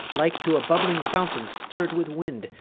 like to a bubbling fountain stirr'd with wind,